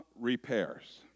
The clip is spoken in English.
repairs